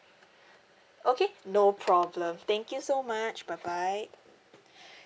okay no problem thank you so much bye bye